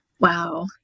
Wow